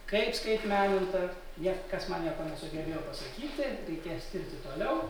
kaip skaitmeninta niekas man nieko nesugebėjo pasakyti reikės tirti toliau